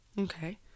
okay